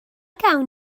gawn